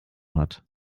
hat